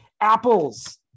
apples